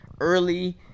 early